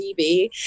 tv